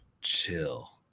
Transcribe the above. Chill